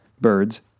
birds